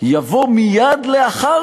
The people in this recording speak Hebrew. יבוא "מייד לאחר